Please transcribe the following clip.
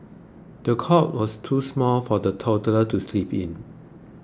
the cot was too small for the toddler to sleep in